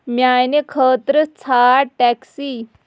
میانہِ خٲطرٕ ژھانٛڑ ٹیکسی